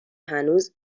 هنوز